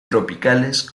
tropicales